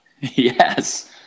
Yes